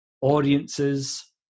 audiences